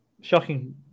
shocking